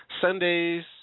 Sundays